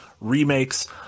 remakes